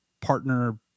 partner